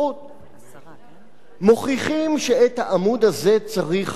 מוכיחים שאת העמוד הזה צריך לבצר.